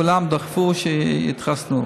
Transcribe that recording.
כולם דחפו שיתחסנו.